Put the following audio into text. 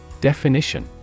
Definition